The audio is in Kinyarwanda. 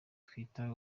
twita